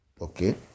Okay